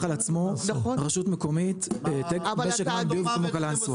על עצמו רשות מקומית כמו קלאנסווה.